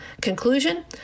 Conclusion